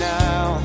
now